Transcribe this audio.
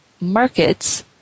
markets